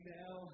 now